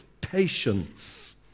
patience